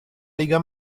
lega